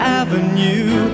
avenue